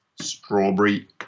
strawberry